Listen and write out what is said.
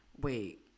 Wait